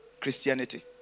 Christianity